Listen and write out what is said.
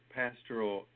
pastoral